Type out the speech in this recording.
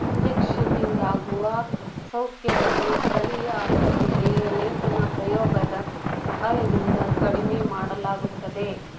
ಇಂಜೆಕ್ಷನ್ನಿಂದಾಗುವ ಅಸೌಖ್ಯವನ್ನು ಸ್ಥಳೀಯ ಅರಿವಿಕೆಗೆ ಲೇಪನ ಪ್ರಯೋಗದ ಸಹಾಯದಿಂದ ಕಡಿಮೆ ಮಾಡಲಾಗುತ್ತದೆ